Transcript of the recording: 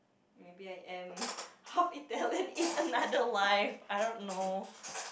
maybe I am half Italian in another life I don't know